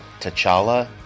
t'challa